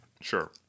Sure